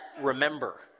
remember